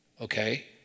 Okay